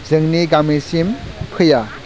जोंनि गामिनिसिम फैया